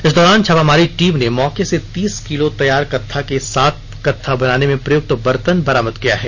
इस दौरान छापेमारी टीम ने मौके से तीस किलो तैयार कत्था के साथ कत्था बनाने में प्रयुक्त बर्तन बरामद किया है